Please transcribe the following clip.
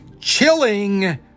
chilling